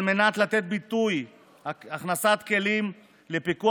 על מנת לתת בידי הכנסת כלים לפיקוח